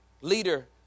leader